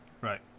Right